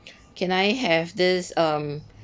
can I have this um